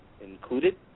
included